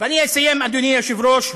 ואני אסיים, אדוני היושב-ראש.